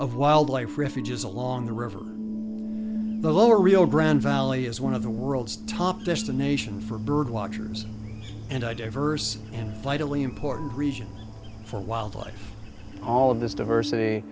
of wildlife refuges along the river the lower rio grande valley is one of the world's top destination for bird watchers and diverse slightly important reason for wildlife all of this diversity